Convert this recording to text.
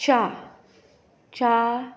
च्या च्या